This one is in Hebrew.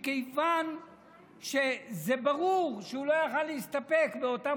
מכיוון שברור שהוא לא היה יכול להסתפק באותם